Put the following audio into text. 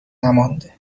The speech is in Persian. نمانده